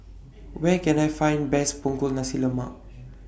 Where Can I Find Best Punggol Nasi Lemak